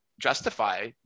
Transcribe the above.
justify